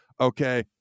okay